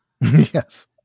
Yes